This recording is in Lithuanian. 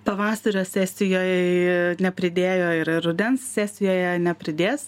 pavasario sesijoj nepridėjo ir rudens sesijoje nepridės